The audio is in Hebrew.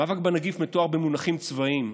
המאבק בנגיף מתואר במונחים צבאיים.